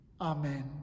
Amen